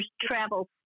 travel